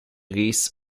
reese